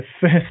first